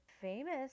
famous